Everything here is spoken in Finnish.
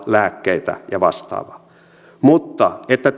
lääkkeitä ja vastaavaa mutta että